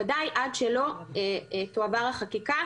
בוודאי עד שלא תועבר החקיקה,